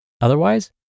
Otherwise